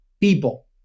people